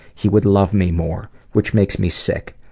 he would love me more, which makes me sick.